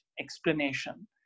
explanation